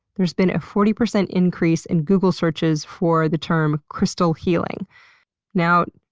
there's been a forty percent increase in google searches for the term crystal healing now,